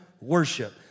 worship